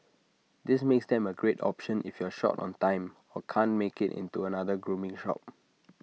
this makes them A great option if you're short on time or can't make IT into another grooming shop